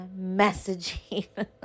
messaging